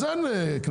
אז אין כנסת.